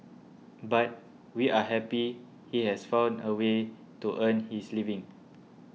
but we are happy he has found a way to earn his living